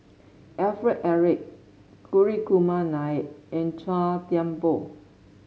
Alfred Eric Hri Kumar Nair and Chua Thian Poh